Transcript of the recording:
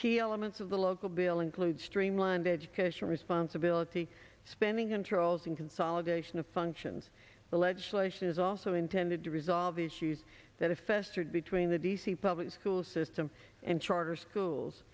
chey elements of the local bill include streamlined education responsibility spending controls and consolidation of functions the legislation is also intended to resolve the issues that if s are between the d c public school system and charter schools